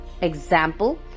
example